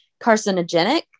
carcinogenic